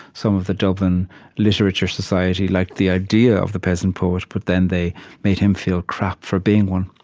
some of the dublin literature society liked the idea of the peasant poet, but then they made him feel crap for being one.